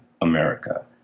America